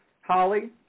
Holly